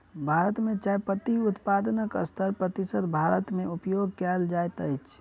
भारत मे चाय पत्ती उत्पादनक सत्तर प्रतिशत भारत मे उपयोग कयल जाइत अछि